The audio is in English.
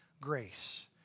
grace